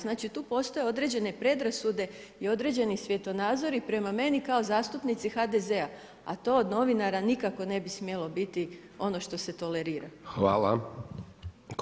Znači tu postoje određene predrasude i određeni svjetonazori prema meni kao zastupnici HDZ-a, a to od novinara nikako ne bi smjelo biti ono što se tolerira.